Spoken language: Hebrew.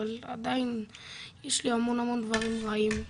אבל עדיין יש לי המון המון דברים רעים,